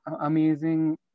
amazing